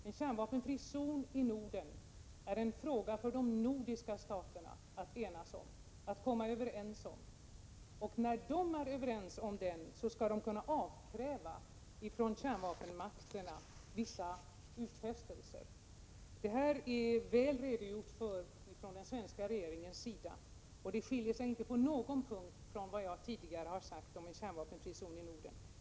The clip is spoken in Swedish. En kärnvapenfri zon i Norden är en fråga för de nordiska staterna att komma överens om. När de är överens om en sådan, skall de av kärnvapenmakterna kunna utkräva vissa utfästelser. Detta har klart redovisats från den svenska regeringens sida, och den redovisningen skiljer sig inte på någon punkt från det som jag tidigare har sagt om en kärnvapenfri zon i Norden.